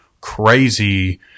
crazy